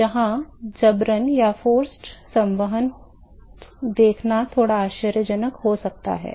तो यहाँ जबरन संवहन देखना थोड़ा आश्चर्यजनक हो सकता है